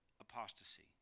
apostasy